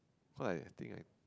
cause I think I